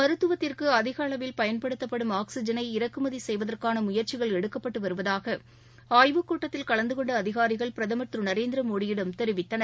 மருத்துவத்திற்கு அதிகளவில் பயன்படுத்தப்படும் ஆக்ஸிஜனை இறக்குமதி செய்வதற்கான முயற்சிகள் எடுக்கப்பட்டு வருவதாக ஆய்வுக் கூட்டத்தில் கலந்து கொண்ட அதிகாரிகள் பிரதுர் திரு நரேந்திர மோடியிடம் தெரிவித்தனர்